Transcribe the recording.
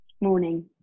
morning